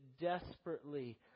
desperately